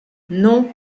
non